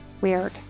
weird